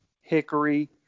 hickory